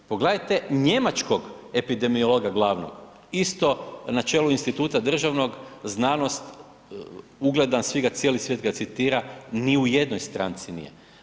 Pogledajte njemačkog epidemiologa glavnog isto na čelu instituta državnog znanost, ugledan cijeli svijet ga citira, ni u jednoj stranci nije.